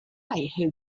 who